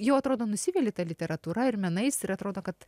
jau atrodo nusivili ta literatūra ir menais ir atrodo kad